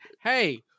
hey